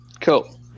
Cool